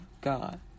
God